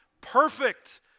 Perfect